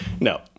No